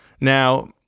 Now